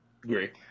Great